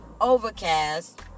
Overcast